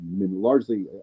largely